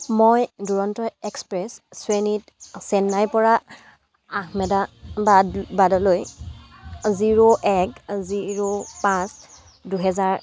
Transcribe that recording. মই দুৰন্ত এক্সপ্ৰেছ শ্ৰেণীত চেন্নাইৰপৰা আহমেদাবাদ বাদলৈ জিৰ' এক জিৰ' পাঁচ দুহেজাৰ